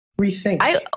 rethink